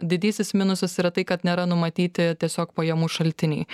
didysis minusas yra tai kad nėra numatyti tiesiog pajamų šaltiniai